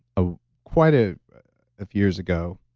ah quite ah a few years ago,